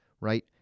Right